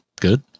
Good